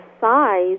size